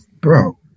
Bro